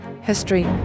history